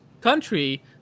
country